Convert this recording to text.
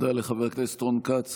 תודה לחבר הכנסת רון כץ,